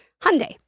Hyundai